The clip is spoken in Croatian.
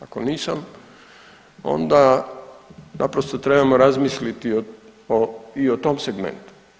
Ako nisam onda naprosto trebamo razmisliti i o tom segmentu.